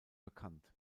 bekannt